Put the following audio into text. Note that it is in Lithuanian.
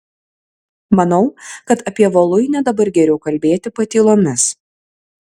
manau kad apie voluinę dabar geriau kalbėti patylomis